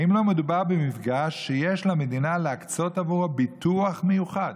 האם לא מדובר במפגע שעל המדינה להקצות עבורו ביטוח מיוחד?